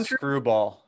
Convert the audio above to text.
screwball